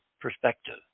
perspective